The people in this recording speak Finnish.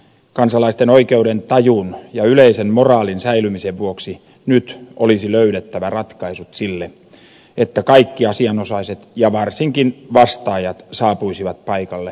kansalaisten oikeudentajun ja yleisen moraalin säilymisen vuoksi nyt olisi löydettävä ratkaisut siihen että kaikki asianosaiset ja varsinkin vastaajat saapuisivat paikalle asian käsittelyyn